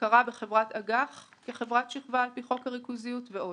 הכרה בחברת אג"ח כחברת שכבה על פי חוק הריכוזיות ועוד.